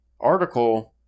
article